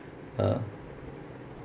uh